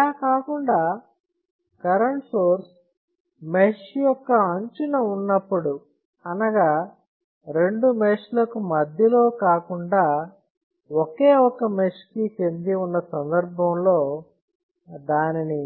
అలా కాకుండా current source mesh యొక్క అంచున ఉన్నప్పుడు అనగా రెండు మెష్ లకు మధ్యలో కాకుండా ఒకే ఒక మెష్ కి చెంది ఉన్న సందర్భంలో దానిని